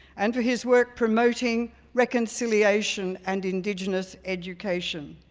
and for his work promoting reconciliation and indigenous education.